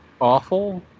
awful